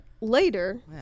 later